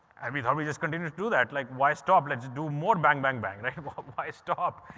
and we thought we just continue to do that, like, why stop, let's do more bang, bang, bang and i mean but but why stop?